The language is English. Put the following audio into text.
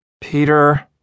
Peter